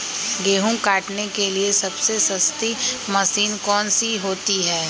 गेंहू काटने के लिए सबसे सस्ती मशीन कौन सी होती है?